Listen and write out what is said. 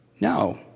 No